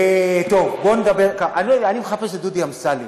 אני מחפש את דודי אמסלם,